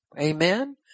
Amen